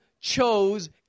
chose